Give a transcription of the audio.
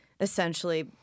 essentially